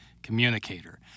Communicator